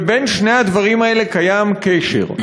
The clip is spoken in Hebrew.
ובין שני הדברים האלה קיים קשר.